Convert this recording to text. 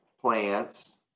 plants